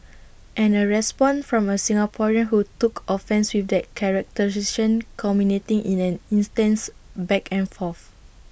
and A response from A Singaporean who took offence with that characterisation culminating in an intense back and forth